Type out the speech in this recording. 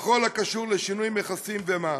בכל הקשור לשינוי מכסים ומע"מ.